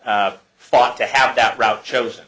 fought to have that route chosen